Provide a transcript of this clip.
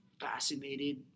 fascinated